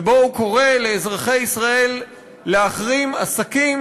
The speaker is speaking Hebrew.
ובו הוא קורא לאזרחי ישראל להחרים עסקים